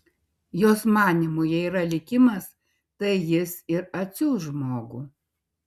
jos manymu jei yra likimas tai jis ir atsiųs žmogų